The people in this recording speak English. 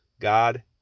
God